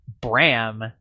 Bram